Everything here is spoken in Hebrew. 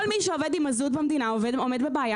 כל מי שעובד עם מזוט במדינה עומד בבעיה